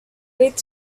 with